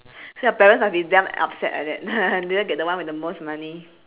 so your parents must be damn upset like that didn't get the one with the most money